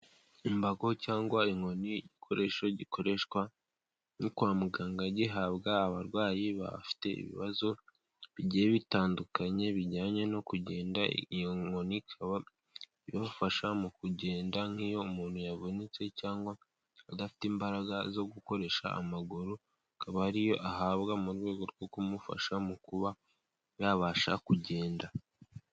Imbago cyangwa inkoni igikoresho gikoreshwa nko kwa muganga gihabwa abarwayi bafite ibibazo bigiye bitandukanye bijyanye no kugenda, iyo nkoni ikaba bimufasha mu kugenda nk'iyo umuntu yavunitse cyangwa adafite imbaraga zo gukoresha amaguru akaba ariyo ahabwa mu rwego rwo kumufasha mu kuba yabasha kugenda.